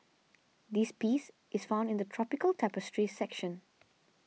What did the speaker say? this piece is found in the Tropical Tapestry section